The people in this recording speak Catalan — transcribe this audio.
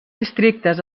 districtes